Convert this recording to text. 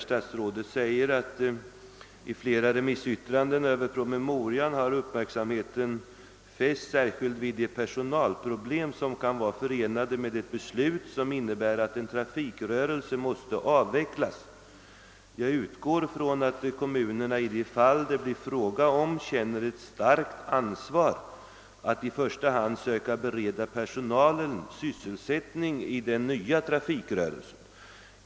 Statsrådet säger där: »I flera remissyttranden över promemorian har uppmärksamheten fästs särskilt vid de personalproblem som kan vara förenade med ett beslut som innebär att en trafikrörelse måste avvecklas. Jag utgår från att kommunerna i de fall det blir fråga om känner ett starkt ansvar att i första hand söka bereda personalen sysselsättning i den nya trafikrörelsen.